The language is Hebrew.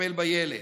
לטפל בילד.